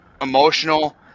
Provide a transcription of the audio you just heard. emotional